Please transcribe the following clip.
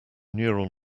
neural